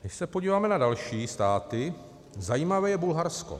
Když se podíváme na další státy, zajímavé je Bulharsko.